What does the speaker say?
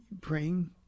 praying